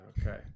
okay